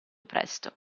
presto